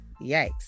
yikes